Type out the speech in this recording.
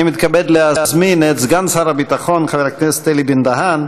אני מתכבד להזמין את סגן שר הביטחון חבר הכנסת אלי בן-דהן.